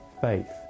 faith